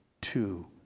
two